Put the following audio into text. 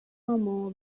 هامو